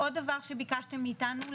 עוד דבר שביקשתם מאיתנו,